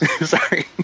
Sorry